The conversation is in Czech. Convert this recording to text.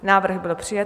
Návrh byl přijat.